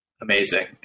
Amazing